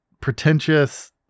pretentious